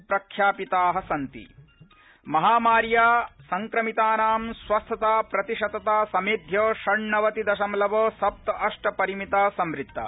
प्रख्यापिता महामार्या संक्रमितानां स्वस्थताप्रतिशतता समेध्य षण्णवतिदशमलव सप्तअष्ट परिमिता संवृत्ता